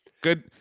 Good